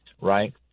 Right